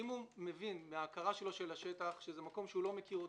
אם הוא מבין מהכרתו של השטח שזה מקום שהוא לא מכיר אותו,